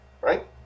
Right